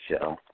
show